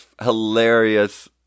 hilarious